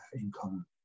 income